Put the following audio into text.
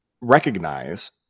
recognize